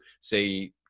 say